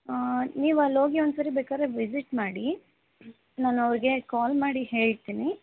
ಆಂ ನೀವಲ್ಲಿ ಹೋಗಿ ಒಂದ್ಸರಿ ಬೇಕಾರೆ ವಿಸಿಟ್ ಮಾಡಿ ನಾನು ಅವ್ರಿಗೆ ಕಾಲ್ ಮಾಡಿ ಹೇಳ್ತೀನಿ